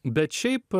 bet šiaip